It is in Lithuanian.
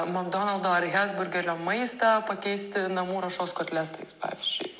makdonaldo ar hesburgerio maistą pakeisti namų ruošos kotletais pavyzdžiui